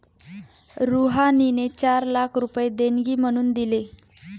रुहानीने चार लाख रुपये देणगी म्हणून दिले